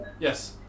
Yes